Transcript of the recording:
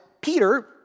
Peter